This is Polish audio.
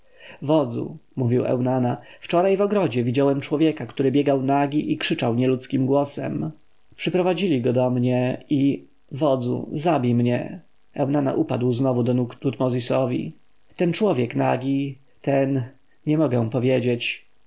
wodzu mówił eunana wczoraj w ogrodzie widziałem człowieka który biegał nagi i krzyczał nieludzkim głosem przyprowadzili go do mnie i wodzu zabij mnie eunana upadł znowu do nóg tutmozisowi ten człowiek nagi ten nie mogę powiedzieć